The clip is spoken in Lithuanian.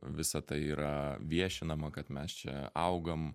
visa tai yra viešinama kad mes čia augam